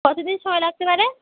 কত দিন সময় লাগতে পারে